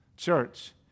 Church